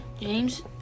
James